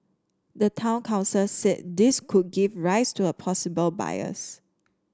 the town council said this could give rise to a possible bias